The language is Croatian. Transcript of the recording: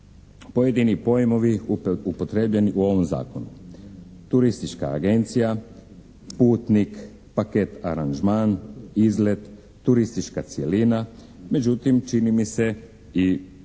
pojedini pojmovi upotrijebljeni u ovom zakonu, turistička agencija, putnik, paket aranžman, izlet, turistička cjelina, međutim čini mi se i